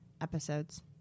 episodes